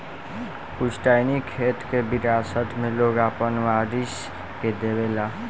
पुस्तैनी खेत के विरासत मे लोग आपन वारिस के देवे ला